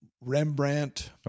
rembrandt